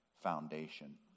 foundation